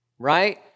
right